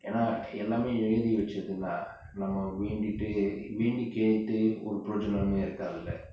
எனா எல்லாமே எழுதி வச்சதுனா நம்ம வேண்டிட்டு வேண்டி கேட்டு ஒறு பிரியோஜனமும் இருக்காதுல:yenaa ellaame eludhi vachathunaaa namma vendittu vendi kettu oru priyojanamum irukaathula